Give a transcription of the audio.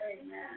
Amen